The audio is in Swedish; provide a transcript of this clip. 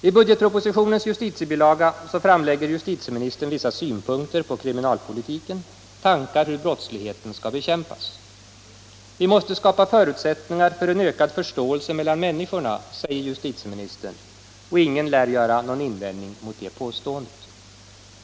I budgetpropositionens justitiebilaga framlägger justitieministern vissa synpunkter på kriminalpolitiken, tankar hur brottsligheten skall bekämpas. ”Vi måste skapa förutsättningar för en ökad förståelse mellan människorna”, säger justitieministern, och ingen lär göra någon invändning mot det.